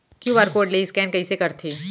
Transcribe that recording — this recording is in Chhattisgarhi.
क्यू.आर कोड ले स्कैन कइसे करथे?